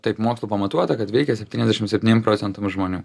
taip mokslu pamatuota kad veikia septyniasdešimt septyniem procentam žmonių